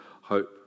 hope